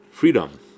Freedom